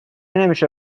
نمیشه